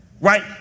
right